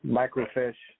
microfish